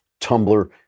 Tumblr